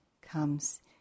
comes